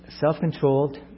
self-controlled